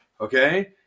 okay